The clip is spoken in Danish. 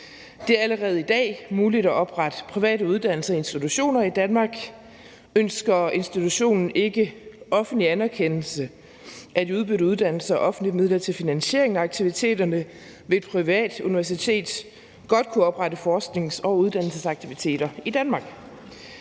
Det er allerede i dag muligt at oprette private uddannelser og institutioner i Danmark. Ønsker institutionen ikke offentlig anerkendelse af de udbudte uddannelser og offentlige midler til finansieringen af aktiviteterne, vil et privat universitet godt kunne oprette forsknings- og uddannelsesaktiviteter i Danmark.